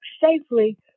safely